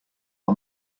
our